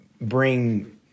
bring